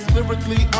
Lyrically